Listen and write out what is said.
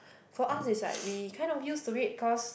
for us it's like we kind of used to it cause